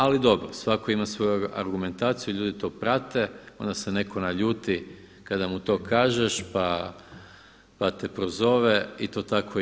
Ali dobro, svako ima svoju argumentaciju, ljudi to prate, onda se neko naljuti kada mu to kažeš pa te prozove i to tako ide.